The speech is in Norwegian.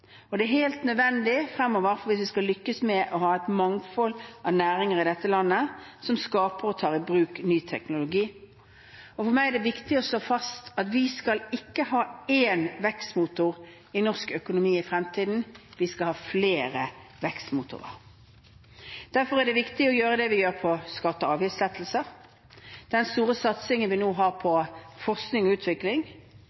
Det er helt nødvendig fremover hvis vi skal lykkes med å ha et mangfold av næringer i dette landet som skaper og tar i bruk ny teknologi. For meg er det viktig å slå fast at vi ikke skal ha én vekstmotor i norsk økonomi i fremtiden, vi skal ha flere vekstmotorer. Derfor er det viktig å gjøre det vi gjør når det gjelder skatte- og avgiftslettelser og den store satsingen vi nå har på